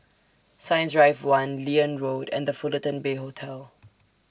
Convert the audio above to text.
Science Drive one Liane Road and The Fullerton Bay Hotel